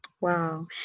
Wow